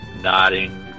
nodding